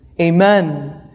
Amen